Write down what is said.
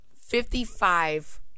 Fifty-five